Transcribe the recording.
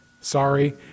Sorry